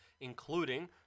including